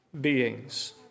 beings